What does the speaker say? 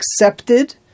accepted